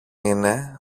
είναι